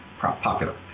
popular